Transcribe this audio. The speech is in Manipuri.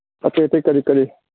ꯑꯇꯩ ꯑꯇꯩ ꯀꯔꯤ ꯀꯔꯤ